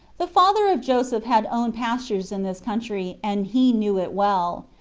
the father of joseph had owned pastures in this country, and he knew it well.